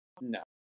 no